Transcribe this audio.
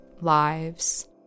lives